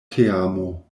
teamo